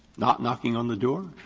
not knocking on the door,